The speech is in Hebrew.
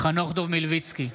חנוך דב מלביצקי,